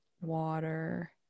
water